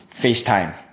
facetime